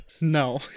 No